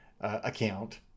account